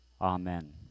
Amen